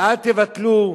ואל תבטלו,